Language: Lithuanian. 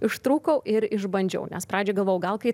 ištrūkau ir išbandžiau nes pradžią galvojau gal kai